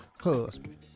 husband